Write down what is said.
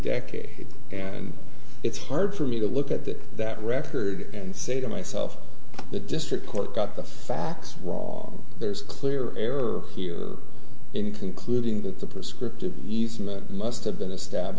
decade and it's hard for me to look at that that record and say to myself the district court got the facts wrong there's a clear error here in concluding that the prescriptive easement must have been estab